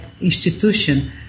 institution